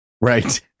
right